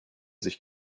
sich